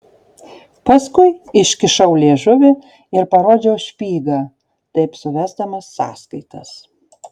paskui iškišau liežuvį ir parodžiau špygą taip suvesdamas sąskaitas